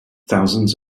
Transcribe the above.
thousands